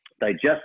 digest